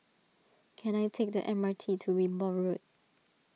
can I take the M R T to Wimborne Road